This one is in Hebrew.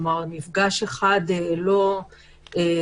כלומר, מפגש אחד לא ישפיע.